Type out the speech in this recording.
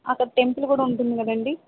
అక్కడ టెంపుల్ కూడా ఉంటుంది కదండి